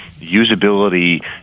usability